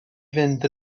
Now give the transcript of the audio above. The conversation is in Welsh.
fynd